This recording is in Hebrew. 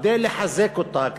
כדי לחזק אותה,